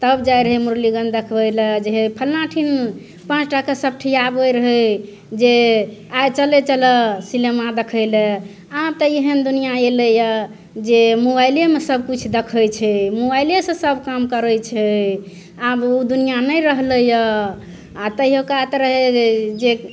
तब जाय रहय मुरलीगंज देखबय लए जहिआ हे फलना ठिन पाँच टाके सब ठिम आबय रहय जे आइ चलय चलऽ सिनेमा देखय लए आब तऽ एहन दुनिआँ एलय हँ जे मोबाइलेमे सबकिछु देखबय छै मोबाइलेसँ सब काम करय छै अब ओ दुनिआँ नहि रहलय हँ आओर तहिऔका तऽ रहय जे